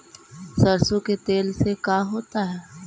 सरसों के तेल से का होता है?